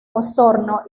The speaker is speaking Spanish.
osorno